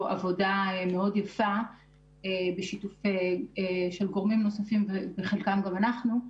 עבודה מאוד יפה בשיתוף של גורמים נוספים ובחלקם גם אנחנו,